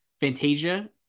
Fantasia